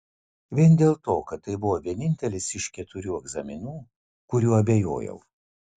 vien dėl to kad tai buvo vienintelis iš keturių egzaminų kuriuo abejojau